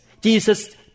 Jesus